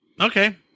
Okay